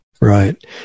Right